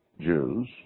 Jews